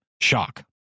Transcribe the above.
shock